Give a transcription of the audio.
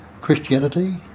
Christianity